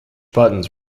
buttons